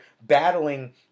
battling